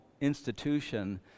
institution